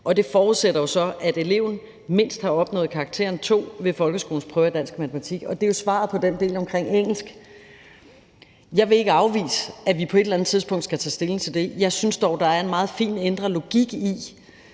det forudsætter jo så, at eleven mindst har opnået karakteren 02 ved folkeskolens prøve i dansk og matematik. Det er jo svaret på den del omkring engelsk. Jeg vil ikke afvise, at vi på et eller andet tidspunkt skal tage stilling til det. Jeg synes dog, der er en meget fin indre logik i,